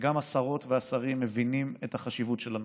גם השרות והשרים מבינים את החשיבות של הנושא.